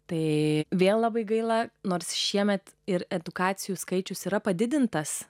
tai vėl labai gaila nors šiemet ir edukacijų skaičius yra padidintas